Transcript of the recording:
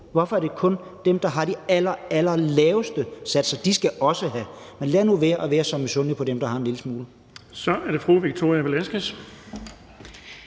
Hvorfor er det kun dem, der har de allerallerlaveste satser? De skal også have, men lad nu være at være så misundelig på dem, der har en lille smule. Kl. 15:25 Den fg. formand